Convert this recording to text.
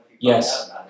Yes